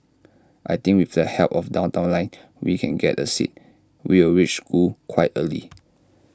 I think with the help of downtown line we can get A seat we'll reach school quite early